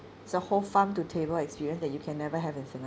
it's a whole farm to table experience that you can never have in singapore